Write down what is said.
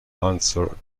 answer